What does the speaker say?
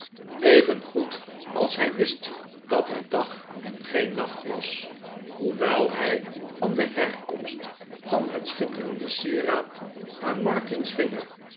evengoed als hij wis t dat het dag en geen nacht was hoewel hij van de herkomst van het schitterende sieraad aan martin's vinger